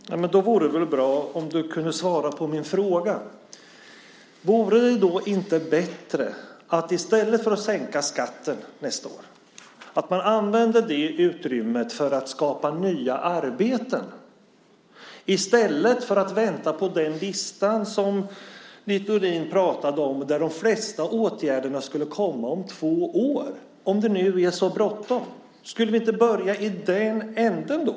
Fru talman! Ja, men då vore det väl bra, Mauricio Rojas, om du kunde svara på min fråga. Vore det då inte bättre att i stället för att sänka skatten nästa år använda det utrymmet för att skapa nya arbeten i stället för att vänta på den lista som Littorin pratade om, där de flesta åtgärderna skulle komma om två år - om det nu är så bråttom? Skulle vi inte börja i den änden då?